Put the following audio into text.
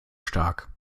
stark